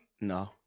No